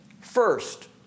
First